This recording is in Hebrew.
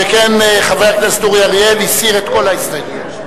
שכן חבר הכנסת אורי אריאל הסיר את כל ההסתייגויות.